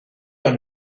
dans